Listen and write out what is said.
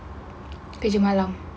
kerja malam